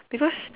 because